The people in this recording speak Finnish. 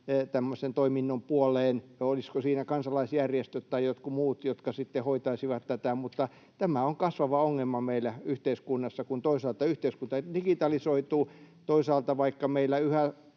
tämmöisen toiminnon puoleen, tai olisivatko siinä kansalaisjärjestöt tai jotkut muut, jotka sitten hoitaisivat tätä, mutta tämä on kasvava ongelma meillä yhteiskunnassa, kun toisaalta yhteiskunta digitalisoituu ja toisaalta, vaikka meillä yhä